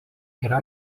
yra